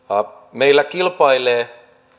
meillä kilpailevat